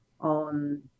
on